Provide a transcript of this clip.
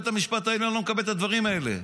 בית המשפט העליון לא מקבל את הדברים האלה.